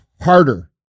harder